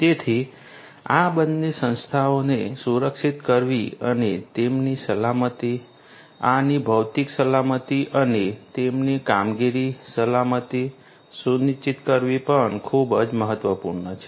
તેથી આ બંને સંસ્થાઓને સુરક્ષિત કરવી અને તેમની સલામતી આની ભૌતિક સલામતી અને તેમની કામગીરી સલામતી સુનિશ્ચિત કરવી પણ ખૂબ જ મહત્વપૂર્ણ છે